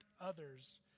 others